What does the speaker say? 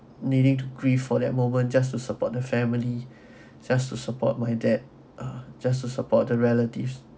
needing to grief for that moment just to support the family just to support my dad uh just to support the relatives